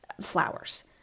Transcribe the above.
flowers